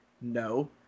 No